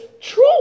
true